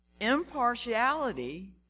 Impartiality